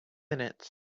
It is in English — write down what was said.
minutes